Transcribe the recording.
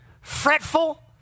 Fretful